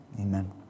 Amen